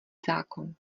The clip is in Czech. zákon